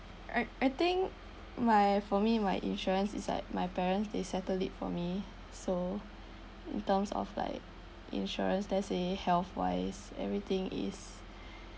uh I think my for me my insurance is like my parents they settle it for me so in terms of like insurance that's it health wise everything is